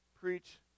preach